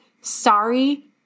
Sorry